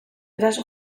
eraso